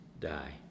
die